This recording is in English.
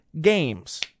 Games